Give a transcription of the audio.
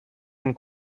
and